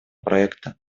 проекта